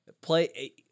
Play